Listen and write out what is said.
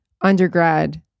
undergrad